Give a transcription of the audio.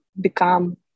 become